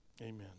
amen